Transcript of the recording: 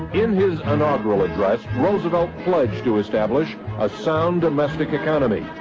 in his inaugural address, roosevelt pledged to establish a sound domestic economy,